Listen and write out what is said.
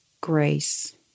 grace